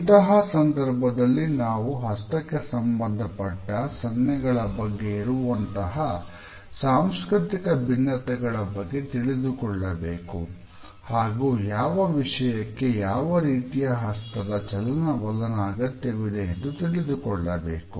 ಇಂತಹ ಸಂದರ್ಭದಲ್ಲಿ ನಾವು ಹಸ್ತಕ್ಕೆ ಸಂಬಂಧಪಟ್ಟ ಸನ್ನೆಗಳ ಬಗ್ಗೆ ಇರುವಂತಹ ಸಾಂಸ್ಕೃತಿಕ ಭಿನ್ನತೆಗಳ ಬಗ್ಗೆ ತಿಳಿದುಕೊಳ್ಳಬೇಕು ಹಾಗೂ ಯಾವ ವಿಷಯಕ್ಕೆ ಯಾವ ರೀತಿಯ ಹಸ್ತದ ಚಲನವಲನ ಅಗತ್ಯವಿದೆ ಎಂದು ತಿಳಿದುಕೊಳ್ಳಬೇಕು